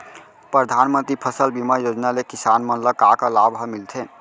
परधानमंतरी फसल बीमा योजना ले किसान मन ला का का लाभ ह मिलथे?